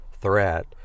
threat